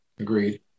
Agreed